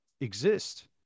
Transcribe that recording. exist